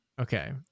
Okay